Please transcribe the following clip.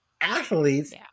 athletes